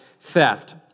theft